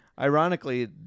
ironically